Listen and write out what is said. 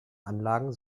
anlagen